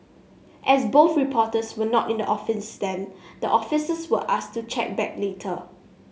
as both reporters were not in the office then the officers were asked to check back later